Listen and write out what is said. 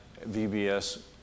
VBS